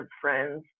friends